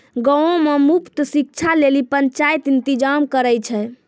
गांवो मे मुफ्त शिक्षा लेली पंचायत इंतजाम करै छै